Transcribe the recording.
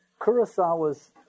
Kurosawa's